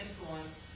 influence